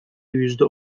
yüzde